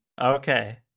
Okay